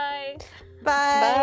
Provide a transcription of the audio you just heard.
Bye-bye